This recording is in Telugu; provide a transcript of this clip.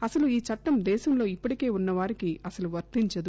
అసలు ఈ చట్టం దేశంలో ఇప్పటికే ఉన్న వారికి అసలు వర్తించదు